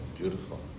beautiful